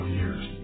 years